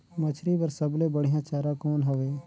मछरी बर सबले बढ़िया चारा कौन हवय?